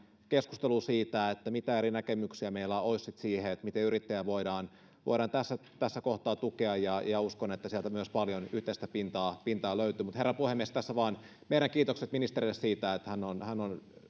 keskustelua siitä mitä eri näkemyksiä meillä olisi siihen miten yrittäjiä voidaan tässä kohtaa tukea ja ja uskon että sieltä myös paljon yhteistä pintaa pintaa löytyy herra puhemies tässä vain meidän kiitoksemme ministerille siitä että hän on